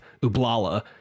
Ublala